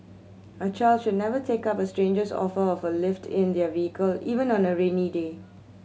a child should never take up a stranger's offer of a lift in their vehicle even on a rainy day